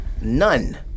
None